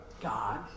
God